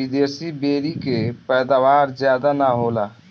विदेशी बेरी के पैदावार ज्यादा ना होला